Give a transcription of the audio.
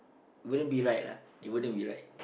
wouldn't be right lah it wouldn't be right